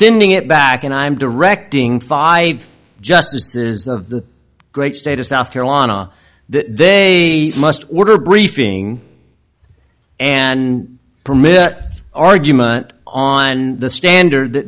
sinning it back and i'm directing five justices of the great state of south carolina that they must order briefing and permit argument on and the standard that